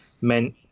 meant